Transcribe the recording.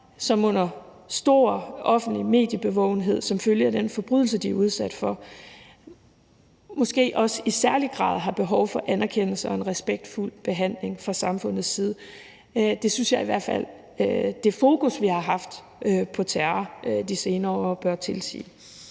som er under stor offentlig mediebevågenhed som følge af den forbrydelse, de er udsat for, og måske i særlig grad har behov for anerkendelse og respektfuld behandling fra samfundets side. Det synes jeg i hvert fald at det fokus, vi har haft på terror de senere år, bør tilsige.